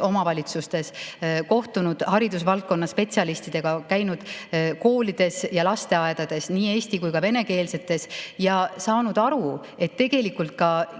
omavalitsustes, kohtunud haridusvaldkonna spetsialistidega, käinud koolides ja lasteaedades, nii eesti- kui ka venekeelsetes, ja saanud aru, et tegelikult